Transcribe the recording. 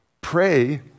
Pray